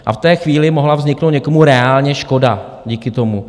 A v té chvíli mohla vzniknout někomu reálně škoda díky tomu.